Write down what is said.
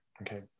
Okay